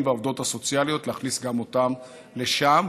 והעובדות הסוציאליות להכניס גם אותם לשם.